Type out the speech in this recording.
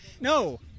No